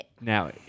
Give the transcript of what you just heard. Now